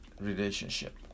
relationship